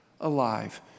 alive